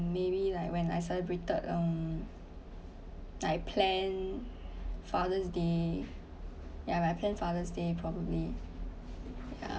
maybe like when I celebrated um like I plan father's day yeah my planned father's day probably ya